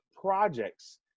projects